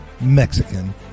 Mexican